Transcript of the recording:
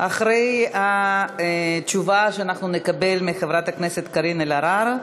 אחרי התשובה שנקבל מחברת הכנסת קארין אלהרר,